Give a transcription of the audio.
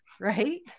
right